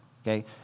okay